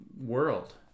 world